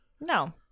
No